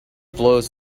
flows